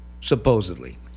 supposedly